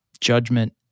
judgment